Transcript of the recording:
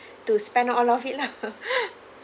to spend all of it lah